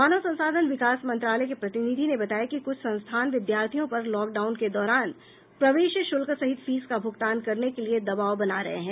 मानव संसाधन विकास मंत्रालय के प्रतिनिधि ने बताया कि कुछ संस्थान विद्यार्थियों पर लॉकडाउन के दौरान प्रवेश शुल्क सहित फीस का भुगतान करने के लिए दबाव बना रहे हैं